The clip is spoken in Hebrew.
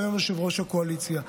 שהיום הוא יושב-ראש הקואליציה.